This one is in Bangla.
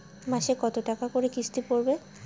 মাসে কত টাকা করে কিস্তি পড়বে?